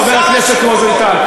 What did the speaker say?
חבר הכנסת רוזנטל,